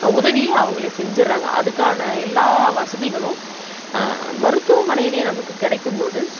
உதவியும் அவங்களே செஞ்சுறாங்க அதுக்கான எல்லா வசதிகளும் மருத்துவமனைலேயே நமக்கு கிடைக்கும் போது